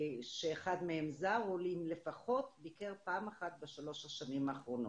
שאחד מהם זר הוא אם לפחות ביקר פעם אחת בשלוש השנים האחרונות.